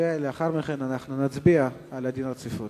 ולאחר מכן נצביע על דין הרציפות.